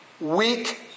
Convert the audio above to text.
Weak